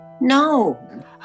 No